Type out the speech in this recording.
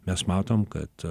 mes matom kad